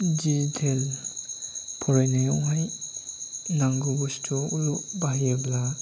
digital फरायनायावहाय नांगौ बुस्थुआवल' बाहायोब्ला